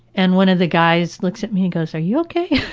and one of the guys looks at me and goes, are you okay?